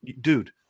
dude